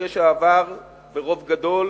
אחרי שעברה ברוב גדול